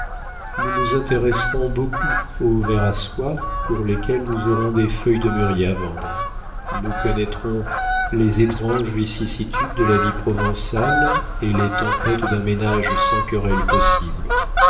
nous nous intéresserons beaucoup aux vers à soie pour lesquels nous aurons des feuilles de mûrier à vendre nous connaîtrons les étranges vicissitudes de la vie provençale et les tempêtes d'un ménage sans querelle possible